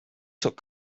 took